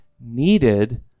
needed